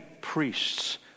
priests